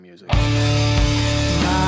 music